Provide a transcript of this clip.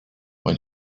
when